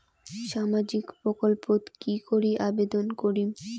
সামাজিক প্রকল্পত কি করি আবেদন করিম?